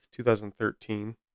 2013